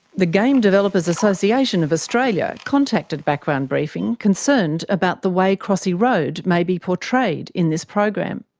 the game developers association of australia contacted background briefing, concerned about the way crossy road may be portrayed in this program.